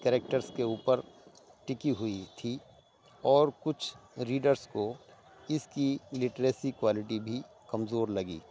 characters کے اوپر ٹکی ہوئی تھی اور کچھ ریڈرس کو اس کی لٹریسی کوائلٹی بھی کمزور لگی